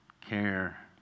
care